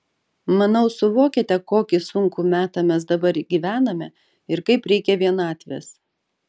manau suvokiate kokį sunkų metą mes dabar gyvename ir kaip reikia vienatvės